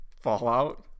Fallout